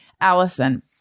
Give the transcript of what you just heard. Allison